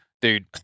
Dude